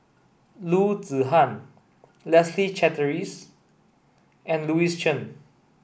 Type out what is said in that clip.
Loo Zihan Leslie Charteris and Louis Chen